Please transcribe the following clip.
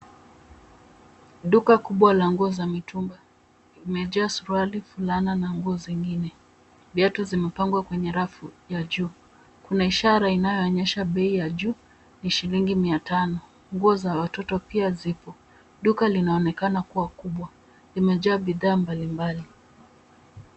Duka kubwa la nguo za mitumba limejaa suruali, fulana na nguo zingine. Viatu zimepangwa kwenye rafu ya juu. Kuna ishara inayoonyesha bei ya juu ni shilingi mia tano. Nguo za watoto pia zipo. Duka linaonekana kuwa kubwa. Limejaa bidhaa mbalimbali.